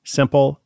simple